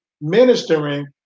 ministering